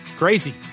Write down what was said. Crazy